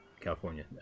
California